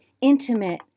intimate